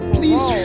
please